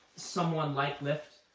someone like lift.